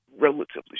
relatively